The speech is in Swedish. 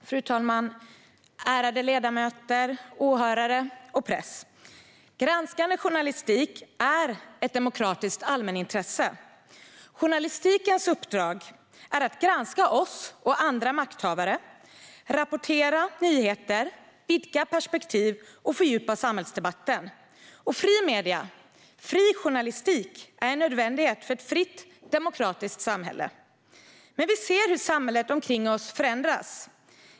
Fru talman! Ärade ledamöter! Åhörare och press! Granskande journalistik är ett demokratiskt allmänintresse. Journalistikens uppdrag är att granska oss och andra makthavare, rapportera nyheter, vidga perspektiv och fördjupa samhällsdebatten. Fria medier och fri journalistik är en nödvändighet för ett fritt, demokratiskt samhälle. Men vi ser hur samhället omkring oss förändras.